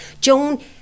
Joan